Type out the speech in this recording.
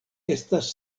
estas